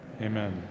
Amen